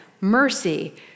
mercy